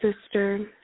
sister